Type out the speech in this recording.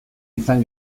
izan